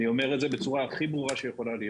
אני אומר את זה בצורה הכי ברורה שיכולה להיות.